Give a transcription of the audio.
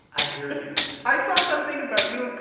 i hear you i saw something about you,